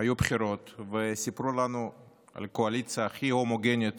היו בחירות, וסיפרו לנו על קואליציה הכי הומוגנית